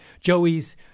joey's